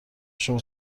شما